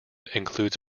includes